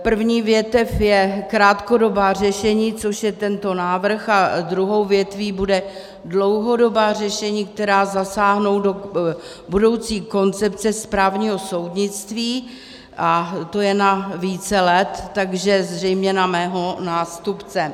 První větev je krátkodobá řešení, což je tento návrh, a druhou větví bude dlouhodobá řešení, která zasáhnou do budoucí koncepce správního soudnictví, a to je na více let, takže zřejmě na mého nástupce.